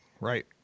Right